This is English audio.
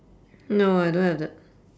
no I don't have that